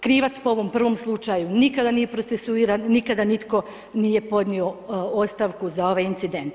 Krivac po ovom prvom slučaju, nikada nije procesuiran, nikada nitko nije podnio ostavku za ovaj incident.